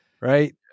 Right